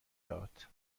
داد